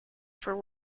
for